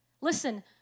Listen